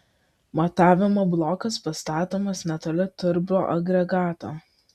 matavimo blokas pastatomas netoli turboagregato